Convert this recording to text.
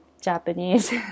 Japanese